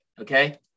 okay